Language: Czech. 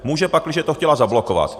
Může, pakliže to chtěla zablokovat.